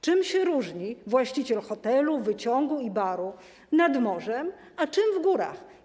Czym się różni właściciel hotelu, wyciągu i baru nad morzem, od tego w górach?